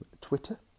Twitter